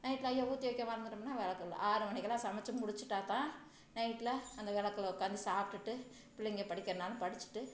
நைட்டில அய்யோ ஊற்றி வைக்க மறந்துவிட்டோம்னா விளக்கு இல்லை ஆறு மணிக்குலாம் சமைச்சு முடிச்சிவிட்டா தான் நைட்டில அந்த விளக்குல உட்காந்து சாப்பிடுட்டு பிள்ளைங்க படிக்கறனாலும் படிச்சிட்டு